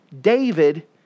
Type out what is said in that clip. David